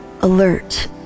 alert